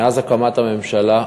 מאז הקמת הממשלה,